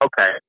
okay